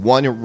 One